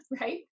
right